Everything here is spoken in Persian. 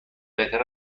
بهتر